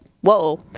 whoa